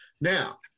Now